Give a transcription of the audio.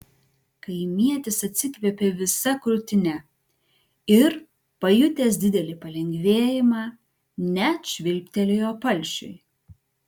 kaimietis atsikvėpė visa krūtine ir pajutęs didelį palengvėjimą net švilptelėjo palšiui